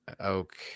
Okay